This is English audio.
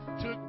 took